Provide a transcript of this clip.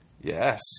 Yes